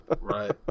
Right